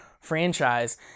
franchise